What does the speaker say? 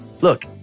Look